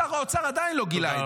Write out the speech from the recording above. שר האוצר עדיין לא גילה את זה.